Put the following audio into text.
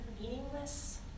meaningless